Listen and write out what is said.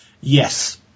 Yes